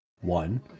One